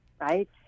right